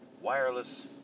wireless